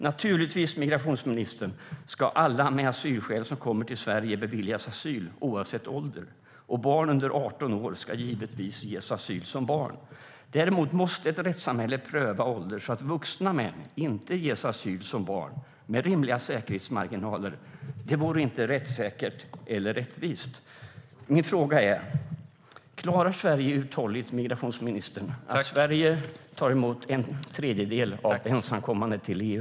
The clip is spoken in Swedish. Naturligtvis, migrationsministern, ska alla med asylskäl som kommer till Sverige beviljas asyl, oavsett ålder. Barn under 18 år ska givetvis ges asyl som barn. Däremot måste ett rättssamhälle pröva åldern, med rimliga säkerhetsmarginaler, så att vuxna män inte ges asyl som barn. Det vore inte rättssäkert eller rättvist. Min fråga till migrationsministern är: Klarar Sverige uthålligt att ta emot en tredjedel av de ensamkommande i EU?